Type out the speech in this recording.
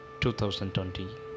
2020